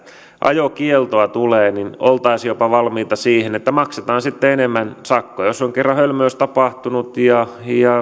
ajokieltoa tulee oltaisiin jopa valmiita siihen että maksetaan sitten enemmän sakkoja jos on kerran hölmöys tapahtunut ja